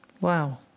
Wow